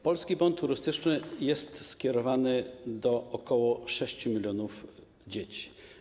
Polski Bon Turystyczny jest skierowany do ok. 6 mln dzieci.